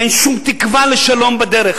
אין שום תקווה לשלום בדרך.